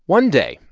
one day,